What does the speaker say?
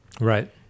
Right